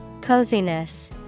Coziness